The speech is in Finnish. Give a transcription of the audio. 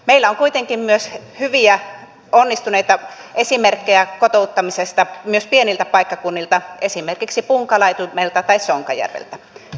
meillä on kuitenkin myös hyviä onnistuneita esimerkkejä kotouttamisesta myös pieniltä paikkakunnilta esimerkiksi punkalaitumelta tai sonkajärveltä